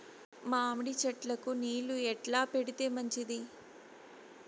మామిడి చెట్లకు నీళ్లు ఎట్లా పెడితే మంచిది?